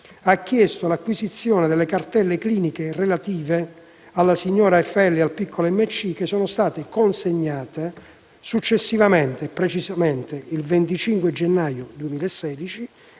ha chiesto l'acquisizione delle cartelle cliniche relative alla signora FL e al piccolo MC, che sono state consegnate. Successivamente, precisamente il 25 gennaio 2016,